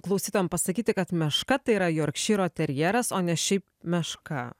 klausytojam pasakyti kad meška tai yra jorkšyro terjeras o ne šiaip meška